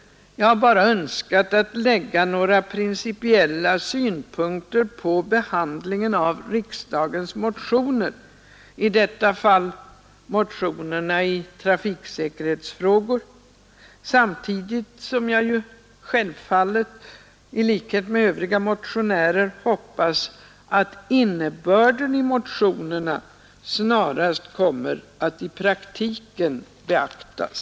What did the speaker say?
Jag har bara önskat anlägga några principiella synpunkter på behandlingen av riksdagsmotioner, i detta fall motionerna i trafiksäkerhetsfrågor, samtidigt som jag ju självfallet i likhet med övriga motionärer hoppas att innebörden i motionerna snarast kommer att i praktiken beaktas.